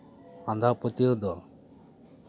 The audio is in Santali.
ᱟᱸᱫᱷᱟᱯᱟᱹᱛᱭᱟᱹᱣ ᱫᱚ